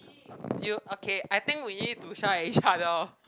you okay I think we need to shout at each other